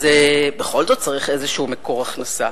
אז בכל זאת צריך איזשהו מקור הכנסה.